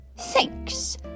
thanks